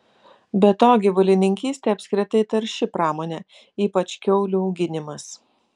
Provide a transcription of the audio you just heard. be to gyvulininkystė apskritai tarši pramonė ypač kiaulių auginimas